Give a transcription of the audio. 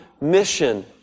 mission